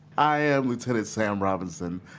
i am lieutenant sam robinson,